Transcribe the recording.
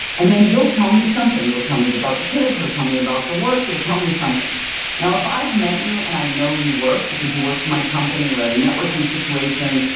and then you'll tell me something, you'll tell me about the kids, you'll tell me about the work, you'll tell me something now, if i've met you and i know you work because you work for my company, we're at a networking situation,